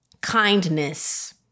kindness